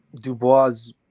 Dubois